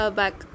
back